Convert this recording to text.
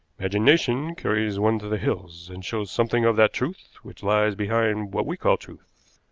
imagination carries one to the hills, and shows something of that truth which lies behind what we call truth.